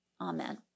Amen